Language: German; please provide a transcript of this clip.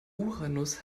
uranus